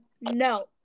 No